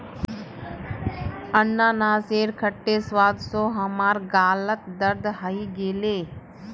अनन्नासेर खट्टे स्वाद स हमार गालत दर्द हइ गेले